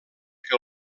que